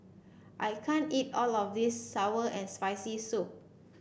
I can't eat all of this sour and Spicy Soup